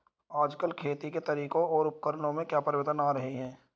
आजकल खेती के तरीकों और उपकरणों में क्या परिवर्तन आ रहें हैं?